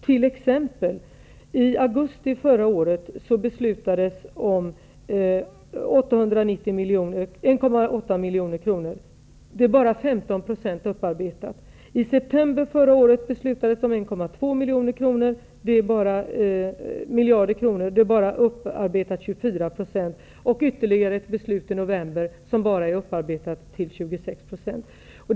Som exempel kan jag nämna att det i augusti förra året beslutades om 1,8 miljarder kronor, och därav är bara 15 % 1,2 miljarder kronor, och därav är bara 24 % upparbetat. Ytterligare ett beslut kom i november, och bara 26 % av de pengarna är upparbetat.